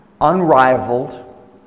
unrivaled